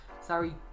sorry